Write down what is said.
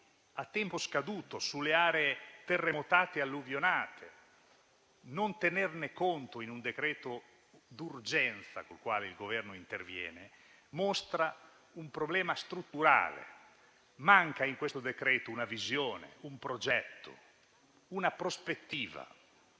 a tempo scaduto sulle aree terremotate e alluvionate. Non tenerne conto in un decreto d'urgenza con il quale il Governo interviene, mostra un problema strutturale: manca in questo decreto una visione, un progetto, una prospettiva.